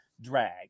drag